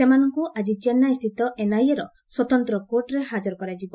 ସେମାନଙ୍କୁ ଆଜି ଚେନ୍ନାଇ ସ୍ଥିତ ଏନଆଇଏର ସ୍ୱତନ୍ତ କୋର୍ଟରେ ହାଜର କରାଯିବ